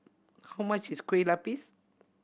how much is Kueh Lapis